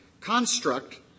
construct